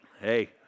hey